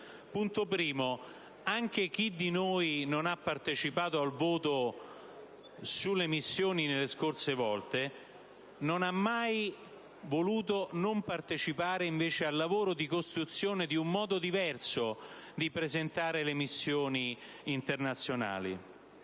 precisare che anche chi di noi non ha partecipato al voto sulle missioni nelle precedenti occasioni, non ha mai voluto non partecipare al lavoro di costruzione di un modo diverso di presentare le missioni internazionali.